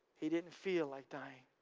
he didn't feel like dying